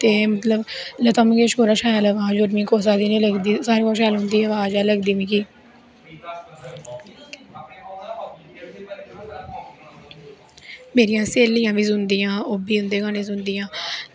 ते मतलव लता मंगेशकर हुदे कोला शैल अवाज़ मिगी होर कुसा दी नी लगदी स्रें कोला शैल अवाज़ उंदी गै लगदी मिगी मेरियां स्हेलियां बी सुनदियां ते ओह् बी उंदे गानें सुनदियां